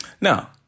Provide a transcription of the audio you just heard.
Now